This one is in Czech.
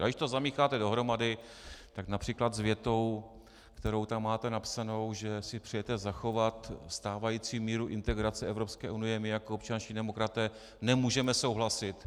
Ale když to zamícháte dohromady, tak například s větou, kterou tam máte napsanou, že si přejete zachovat stávající míru integrace Evropské unie, my jako občanští demokraté nemůžeme souhlasit.